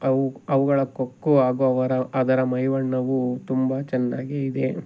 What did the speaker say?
ಅವು ಅವುಗಳ ಕೊಕ್ಕು ಹಾಗೂ ಅವರ ಅದರ ಮೈಬಣ್ಣವು ತುಂಬ ಚೆನ್ನಾಗಿ ಇದೆ